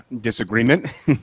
disagreement